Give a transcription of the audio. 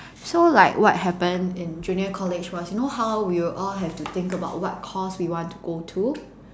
so like what happened in junior college was you know how we will all have to think about what course we want to go to